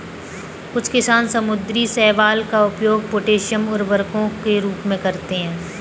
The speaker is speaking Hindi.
कुछ किसान समुद्री शैवाल का उपयोग पोटेशियम उर्वरकों के रूप में करते हैं